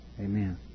amen